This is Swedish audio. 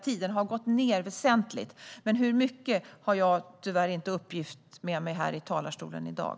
Tiden har också minskat väsentligt, men när det gäller hur mycket har jag tyvärr inte någon uppgift med mig här i talarstolen i dag.